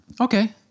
Okay